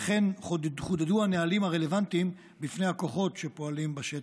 וכן חודדו הנהלים הרלוונטיים בפני הכוחות הפועלים בשטח.